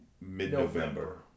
mid-November